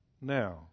Now